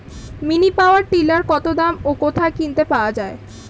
Mini power tiller কত দাম ও কোথায় কিনতে পাওয়া যায়?